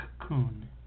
cocoon